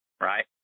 Right